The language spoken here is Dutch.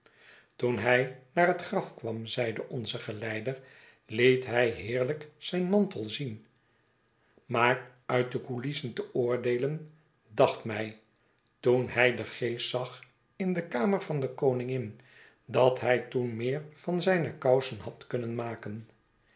toen hij naar het graf kwam zeide onze geleider liet hy heerlijk zijn mantel zien maar uii de coulissen te oordeelen dacht mij toen hij den geest zag in de kamer van dekoningin dat hij toen meer van zijne kousen had kunnen maken